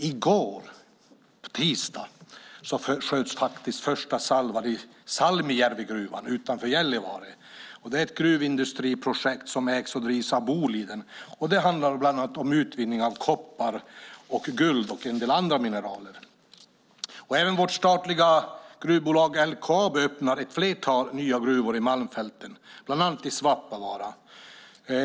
I går, tisdag, sköts faktiskt första salvan i Salmijärvigruvan utanför Gällivare. Det är ett gruvindustriprojekt som ägs och drivs av Boliden. Det handlar bland annat om utvinning av koppar, guld och en del andra mineraler. Även vårt statliga gruvbolag LKAB öppnar ett flertal nya gruvor i Malmfälten, bland annat i Svappavaara.